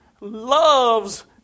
loves